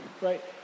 right